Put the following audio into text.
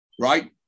right